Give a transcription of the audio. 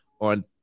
on